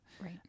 Right